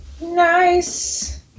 Nice